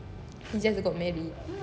he just got married